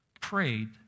prayed